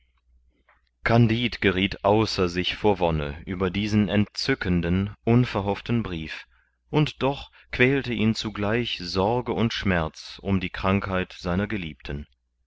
kandid gerieth außer sich vor wonne über diesen entzückenden unverhofften brief und doch quälte ihn zugleich sorge und schmerz um die krankheit seiner geliebten